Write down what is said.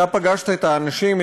אתה פגשת את האנשים,